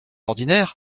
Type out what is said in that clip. ordinaire